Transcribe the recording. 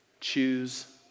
Choose